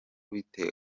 bitewe